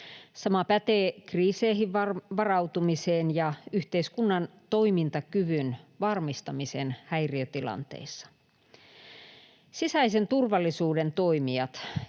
Sama pätee kriiseihin varautumiseen ja yhteiskunnan toimintakyvyn varmistamiseen häiriötilanteissa. Sisäisen turvallisuuden toimijat